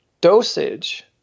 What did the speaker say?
dosage